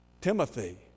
Timothy